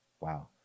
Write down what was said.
Wow